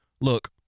look